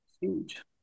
huge